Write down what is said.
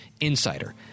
insider